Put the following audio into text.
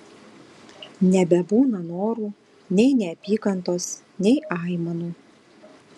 nebebūna norų nei neapykantos nei aimanų